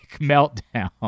meltdown